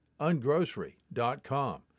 Ungrocery.com